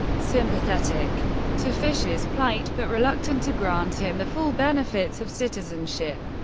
sympathetic to fischer's plight, but reluctant to grant him the full benefits of citizenship,